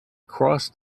crossed